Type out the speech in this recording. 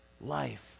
life